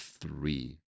three